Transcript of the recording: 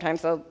times so